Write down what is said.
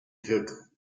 für